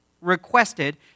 requested